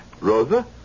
Rosa